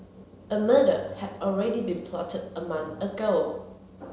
a murder had already been plotted a month ago